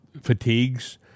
fatigues